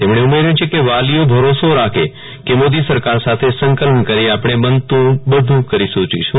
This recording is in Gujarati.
તેમણે ઉમેર્યું છે કે વાલીઓ ભરોસો રાખે કે મોદી સરકાર સાથે સંકલન કરી આપણે બનતું કરી છૂટીશું